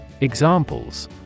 Examples